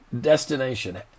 destination